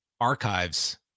archives